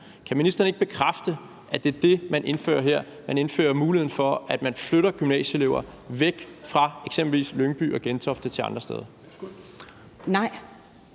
Kan ministeren ikke bekræfte, at det er det, man indfører her; at man indfører muligheden for, at man flytter gymnasieelever væk fra eksempelvis Lyngby-Taarbæk og Gentofte til andre steder?